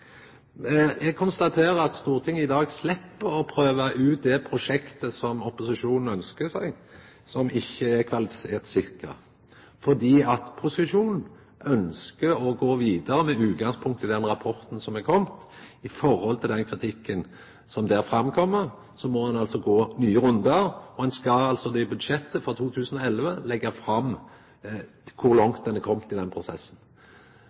konstaterer at Stortinget i dag slepp å prøva ut det prosjektet som opposisjonen ønskjer seg, og som ikkje er kvalitetssikra, fordi posisjonen ønskjer å gå vidare med utgangspunkt i den rapporten som er kommen. Etter kritikken som kjem fram der, må ein altså gå nye rundar, og ein skal i budsjettet for 2011 leggja fram kor langt ein er kommen i den prosessen.